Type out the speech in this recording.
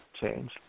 change